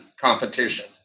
competition